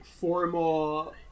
formal